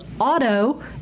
auto